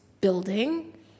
building